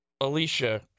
Alicia